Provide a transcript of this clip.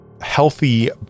healthy